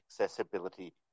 accessibility